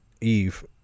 eve